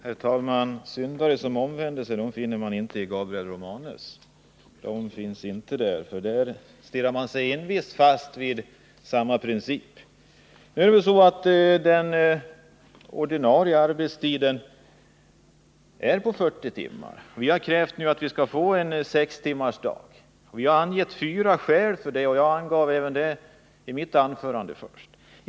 Herr talman! Någon syndare som omvänder sig finner man inte i Gabriel Romanus. Han biter sig envist fast vid en viss princip. Den ordinarie arbetstiden är 40 timmar. Vi har nu krävt att sex timmars arbetsdag skall genomföras, och vi har angivit fyra skäl för detta. Jag nämnde dem också i mitt huvudanförande.